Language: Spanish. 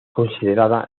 considerada